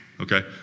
Okay